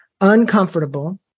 uncomfortable